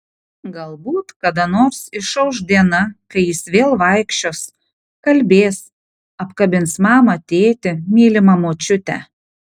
galbūt kada nors išauš diena kai jis vėl vaikščios kalbės apkabins mamą tėtį mylimą močiutę